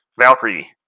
Valkyrie